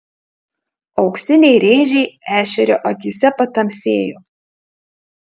auksiniai rėžiai ešerio akyse patamsėjo